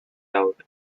doubt